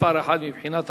מספר אחת מבחינת